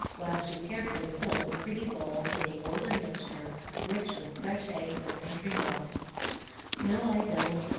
while she carefully filled a pretty bowl with a golden mixture rich with fresh eggs and country milk no, i don't,